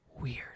weird